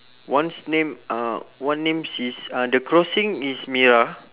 one's name uh one name is uh the crossing is mira